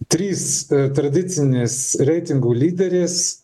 trys tradicinės reitingų lyderės